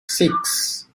six